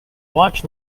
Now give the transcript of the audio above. watch